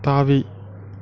தாவி